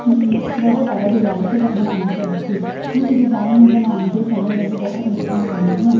ਮੈਨੂੰ ਬਹੁਤ ਸਾਰਾ ਡਿਜ਼ਾਇਨ ਪਸਾ ਬਣਾਉਣਾ ਪਿਆ ਸੀ ਉਸ ਡਿਜ਼ਾਇਨ ਨੂੰ ਬਣਾਉਣ ਦੇ ਸਮੇਂ ਮੈਨੂੰ ਬਹੁਤ ਮੁਸ਼ਕਿਲਾਂ ਆਈਆਂ